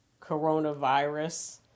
coronavirus